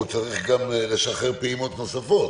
הוא צריך לשחרר פעימות נוספות.